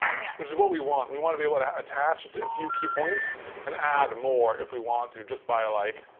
yeah which is what we want. we wanna be able to attach it to a few key points and add more if we want to, just by like.